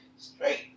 straight